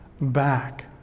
back